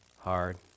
hard